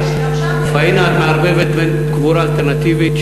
את מערבבת עם קבורה אלטרנטיבית,